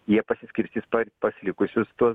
jie pasiskirstys pa pas likusiuos tuos